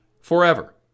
forever